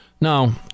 Now